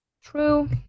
true